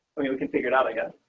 i mean we can figure it out again.